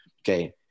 okay